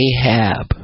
Ahab